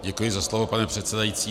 Děkuji za slovo, pane předsedající.